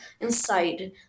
inside